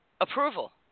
approval